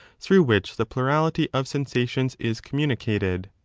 through which the plurality of sensations is communi cated.